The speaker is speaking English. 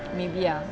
maybe ah